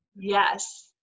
Yes